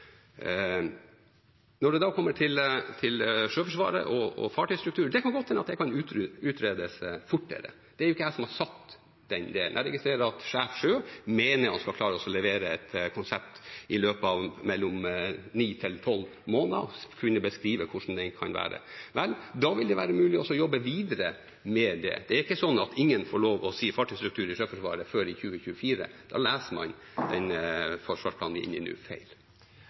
Når det kommer til Sjøforsvaret og fartøystruktur, kan det godt hende at det kan utredes fortere. Det er ikke jeg som har satt den delen. Jeg registrerer at Sjef Sjøforsvaret mener man skal klare å levere et konsept i løpet av mellom ni og tolv måneder, kunne beskrive hvordan det skal være. Vel, da vil det være mulig å jobbe videre med det. Det er ikke slik at ingen får lov til å si fartøystruktur i Sjøforsvaret før i 2024. Da leser man den forsvarsplanen man er inne i, feil.